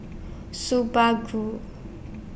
Subaru